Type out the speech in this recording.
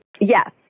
Yes